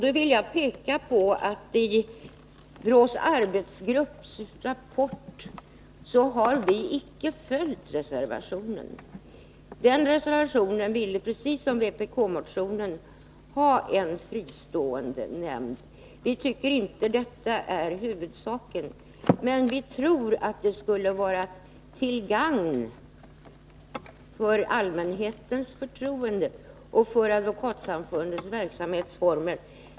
Jag vill peka på att vi icke har följt reservationen i BRÅ:s arbetsgruppsrapport. I den reservationen ville man, precis som i vpk-motionen, ha en fristående nämnd. Vi tycker inte att detta är huvudsaken. Men vi tror att en ytterligare lekmannamedverkan skulle vara till gagn för allmänhetens förtroende och Advokatsamfundets verksamhetsformer.